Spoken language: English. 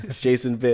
Jason